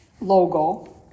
logo